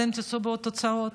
אתם תישאו בתוצאות.